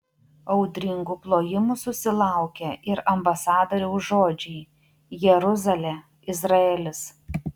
audringų plojimų susilaukė ir ambasadoriaus žodžiai jeruzalė izraelis